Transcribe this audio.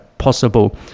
possible